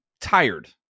tired